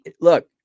Look